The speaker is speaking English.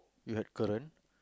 you had Karin